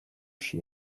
she